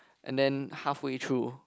and then halfway through